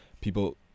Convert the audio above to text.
people